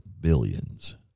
billions